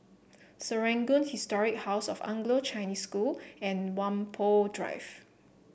Serangoon Historic House of Anglo Chinese School and Whampoa Drive